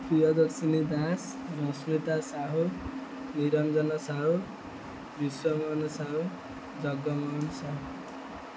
Priyadarshini Das Rashmita Sahu Niranjan Sahu Biswamohan Sahu Jagmohan Sahu